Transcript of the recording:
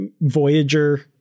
Voyager